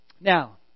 Now